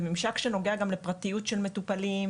זה ממשק שנוגע גם לפרטיות של מטופלים,